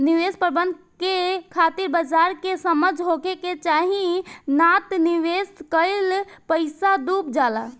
निवेश प्रबंधन के खातिर बाजार के समझ होखे के चाही नात निवेश कईल पईसा डुब जाला